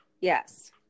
Yes